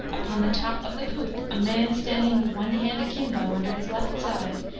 upon the top of the poop a man standing with one hand akimbo under his left side,